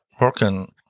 Working